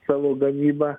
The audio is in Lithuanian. savo gamybą